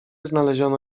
znaleziono